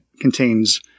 contains